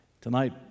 Tonight